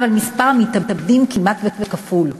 אבל מספר המתאבדים כמעט כפול.